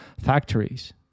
factories